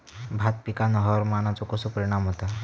भात पिकांर हवामानाचो कसो परिणाम होता?